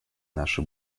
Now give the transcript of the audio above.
наше